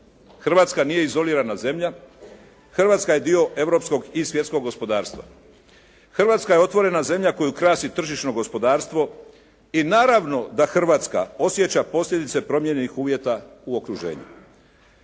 Hrvatska nije izolirana zemlja. Hrvatska je dio europskog i svjetskog gospodarstva. Hrvatska je otvorena zemlja koju krasi tržišno gospodarstvo i naravno da Hrvatska osjeća posljedice promijenjenih uvjeta u okruženju.